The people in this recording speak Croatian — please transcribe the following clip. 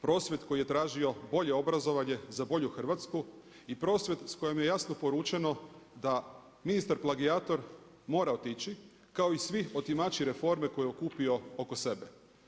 Prosvjed koji je tražio bolje obrazovanje za bolju Hrvatsku i prosvjed s kojim je jasno poručeno, da ministar plagijator mora otići, kao i svi otimači reforme koje je okupio oko sebe.